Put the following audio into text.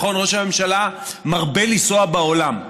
נכון, ראש הממשלה מרבה לנסוע בעולם,